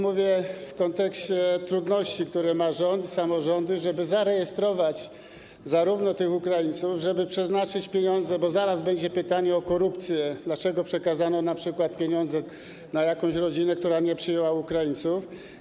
Mówię to w kontekście trudności, które mają rząd i samorządy, żeby zarejestrować tych Ukraińców, żeby przeznaczyć pieniądze, bo zaraz będzie pytanie o korupcję, dlaczego przekazano np. pieniądze jakiejś rodzinie, która nie przyjęła Ukraińców.